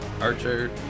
archer